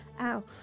Ow